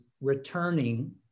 returning